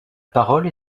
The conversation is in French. parole